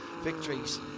victories